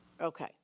Okay